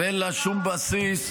אין לה שום בסיס.